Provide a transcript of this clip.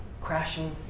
crashing